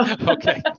Okay